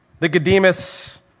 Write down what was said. Nicodemus